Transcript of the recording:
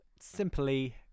simply